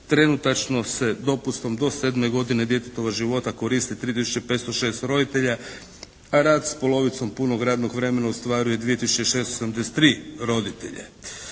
Trenutačno se dopustom do 7. godine djetetova života koristi 3 tisuće 506 roditelja, a rad s polovicom punog radnog vremena ostvaruje 2 tisuće 673 roditelja.